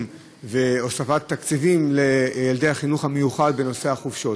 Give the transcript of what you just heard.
והוספת תקציבים לילדי החינוך המיוחד בנושא החופשות,